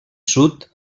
sud